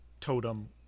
totem